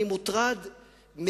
אני מוטרד,